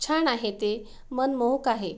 छान आहे ते मनमोहक आहे